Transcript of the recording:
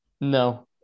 No